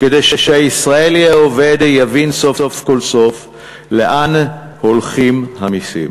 כדי שהישראלי העובד יבין סוף כל סוף לאן הולכים המסים.